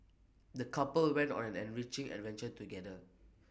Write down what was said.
the couple went on an enriching adventure together